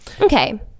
okay